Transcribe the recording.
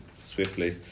swiftly